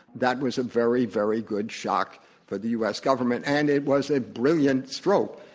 that was a very, very good shock for the u. s. government, and it was a brilliant stroke.